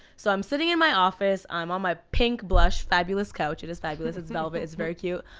so i'm sitting in my office. i'm on my pink blush fabulous couch. it is fabulous, it's velvet. it's very cute.